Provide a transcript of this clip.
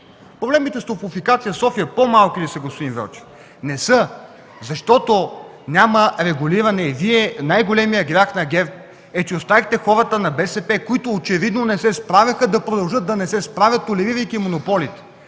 Проблемите с „Топлофикация – София”, по-малки ли са, господин Велчев? Не са, защото няма регулиране и най-големият грях на ГЕРБ е, че оставихте хората на БСП, които очевидно не се справяха, да продължат да не се справят, толерирайки монополите.